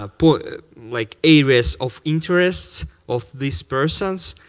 ah like areas of interest of these persons,